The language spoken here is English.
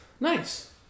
Nice